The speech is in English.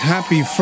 Happy